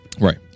Right